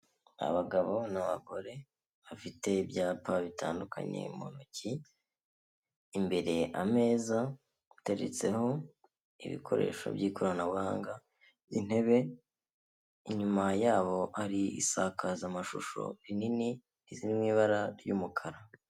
Abagabo n'abagore bafite ibyapa bitandukanye mu ntoki, imbere ameza ateretseho ibikoresho by'ikoranabuhanga, intebe, inyuma yabo hari isakazamashusho rinini riri mu ibara ry'umukara.